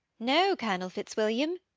no, colonel fitzwilliam.